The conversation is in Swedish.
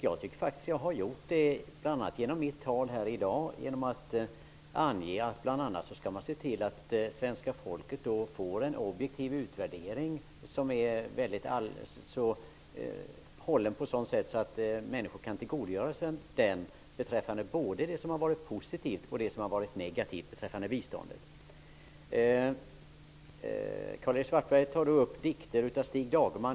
Jag tycker att jag har gjort det, bl.a. genom mitt tal här i dag, där jag anger att man bl.a. skall se till att svenska folket får en objektiv utvärdering som är hållen på ett sådant sätt att människor kan tillgodogöra sig den beträffande både det som har varit positivt och det som har varit negativt med biståndet. Stig Dagerman.